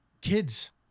kids